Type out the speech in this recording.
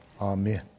Amen